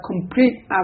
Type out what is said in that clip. complete